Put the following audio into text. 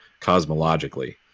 cosmologically